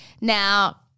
Now